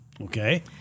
Okay